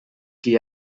qui